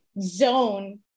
zone